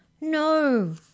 No